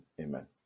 Amen